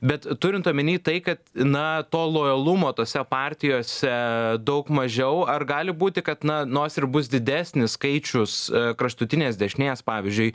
bet turint omeny tai kad na to lojalumo tose partijose daug mažiau ar gali būti kad na nors ir bus didesnis skaičius kraštutinės dešinės pavyzdžiui